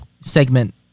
segment